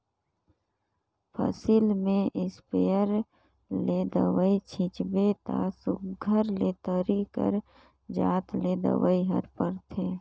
फसिल में इस्पेयर ले दवई छींचबे ता सुग्घर ले तरी कर जात ले दवई हर परथे